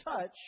touch